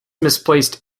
misplaced